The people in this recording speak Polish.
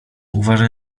uważaj